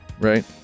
right